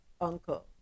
uncle